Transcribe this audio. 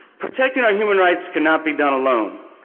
protecting our human rights cannot be done alone.